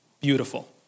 beautiful